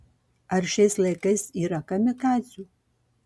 ar šiais laikais yra kamikadzių